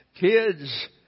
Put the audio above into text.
Kids